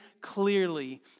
clearly